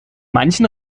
manchen